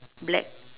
black